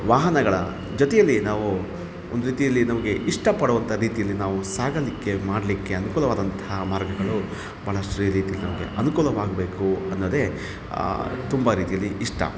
ವಾಹನಗಳ ಜೊತೆಯಲ್ಲಿಯೇ ನಾವು ಒಂದು ರೀತಿಯಲ್ಲಿ ನಮಗೆ ಇಷ್ಟಪಡುವಂಥ ರೀತಿಯಲ್ಲಿ ನಾವು ಸಾಗಲಿಕ್ಕೆ ಮಾಡಲಿಕ್ಕೆ ಅನುಕೂಲವಾದಂತಹ ಮಾರ್ಗಗಳು ಭಾಳಷ್ಟು ರೀತಿಯಲ್ಲಿ ನಮಗೆ ಅನುಕೂಲವಾಗಬೇಕು ಅನ್ನೋದೇ ತುಂಬ ರೀತಿಯಲ್ಲಿ ಇಷ್ಟ